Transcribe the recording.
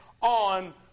on